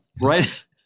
right